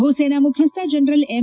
ಭೂಸೇನಾ ಮುಖ್ಯಸ್ಥ general M